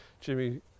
jimmy